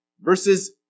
Verses